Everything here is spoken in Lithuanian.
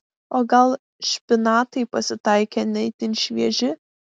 o gal špinatai pasitaikė ne itin švieži